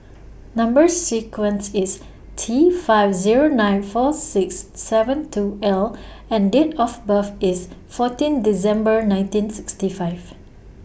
Number sequence IS T five Zero nine four six seven two L and Date of birth IS fourteen December nineteen sixty five